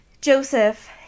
Joseph